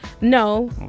No